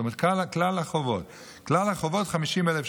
זאת אומרת, כלל החובות, 50,000 שקל.